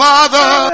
Father